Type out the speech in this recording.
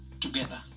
together